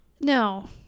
No